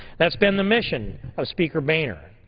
that's been the mission of speaker boehner.